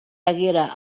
haguera